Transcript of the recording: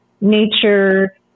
nature